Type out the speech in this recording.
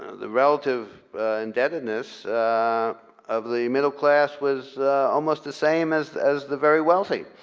ah the relative indebtedness of the middle class was almost the same as as the very wealthy